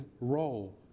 role